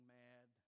mad